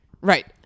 right